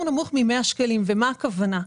נמוך מ-100 שקלים ואני אומר מה הכוונה.